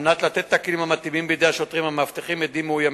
על מנת לתת את הכלים המתאימים בידי השוטרים המאבטחים עדים מאוימים,